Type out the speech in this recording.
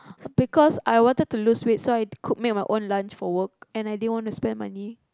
because I wanted to lose weight so I cooked made my own lunch for work and I didn't want to spend money